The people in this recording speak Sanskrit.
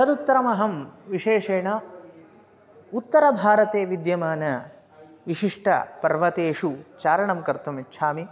तदुत्तरमहं विशेषेण उत्तरभारते विद्यमानविशिष्टपर्वतेषु चारणं कर्तुम् इच्छामि